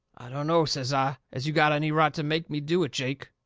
i dunno, says i, as you got any right to make me do jake.